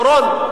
אורון,